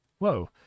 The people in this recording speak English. whoa